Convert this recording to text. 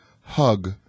hug